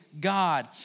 God